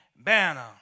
banner